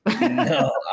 No